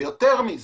יותר מזה,